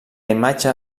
imatge